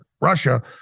Russia